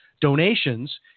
donations